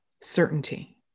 certainty